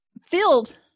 filled